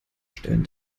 stellen